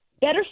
Better